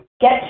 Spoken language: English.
get